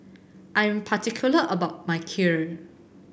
I am particular about my Kheer